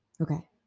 okay